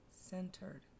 centered